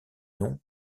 nom